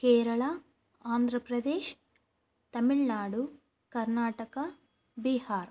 Kerala Andhra Pradesh Tamil Nadu Karnataka Bihar